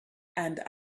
and